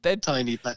tiny